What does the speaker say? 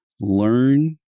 learn